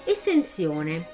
Estensione